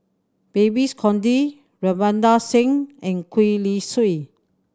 Babes Conde Ravinder Singh and Gwee Li Sui